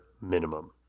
minimum